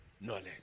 knowledge